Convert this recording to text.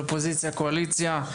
אופוזיציה וקואליציה.